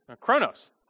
chronos